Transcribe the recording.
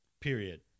period